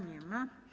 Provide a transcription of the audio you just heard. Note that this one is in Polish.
Nie ma.